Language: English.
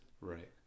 Right